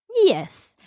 Yes